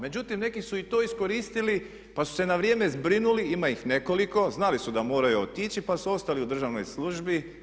Međutim, neki su i to iskoristili pa su se na vrijeme zbrinuli, ima ih nekoliko, znali su da moraju otići pa su ostali u državnoj službi.